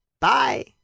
Bye